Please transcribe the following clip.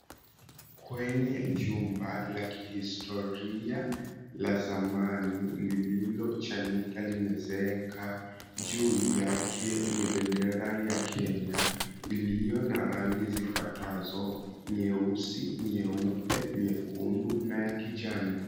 Kwenye jumba la kihistoria la zamani lililochanika limezeeka, juu yake ni bendera ya Kenya iliyo na rangi zifuatazo nyeusi, nyeupe, nyekundu na ya kijani.